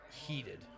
heated